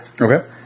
Okay